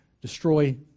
destroy